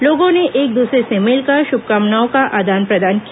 लोगों ने एक दूसरे से मिलकर शुभकामनाओं का आदान प्रदान किया